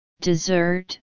dessert